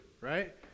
right